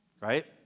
right